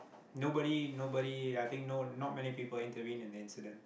nobody nobody I think no not many people intervene in the incident